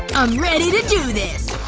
i'm ready to do this!